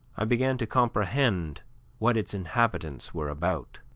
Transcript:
i began to comprehend what its inhabitants were about.